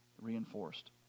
reinforced